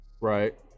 right